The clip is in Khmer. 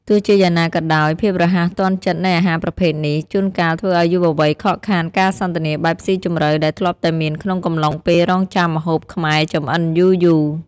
ទោះជាយ៉ាងណាក៏ដោយ ភាពរហ័សទាន់ចិត្តនៃអាហារប្រភេទនេះ ជួនកាលធ្វើឱ្យយុវវ័យខកខានការសន្ទនាបែបស៊ីជម្រៅដែលធ្លាប់តែមានក្នុងកំឡុងពេលរង់ចាំម្ហូបខ្មែរចំអិនយូរៗ។